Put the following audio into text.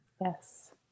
Yes